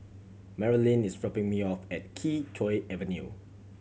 Marylin is dropping me off at Kee Choe Avenue